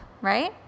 right